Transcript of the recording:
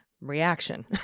reaction